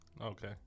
Okay